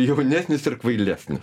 jaunesnis ir kvailesnis